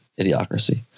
idiocracy